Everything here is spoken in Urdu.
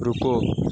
رکو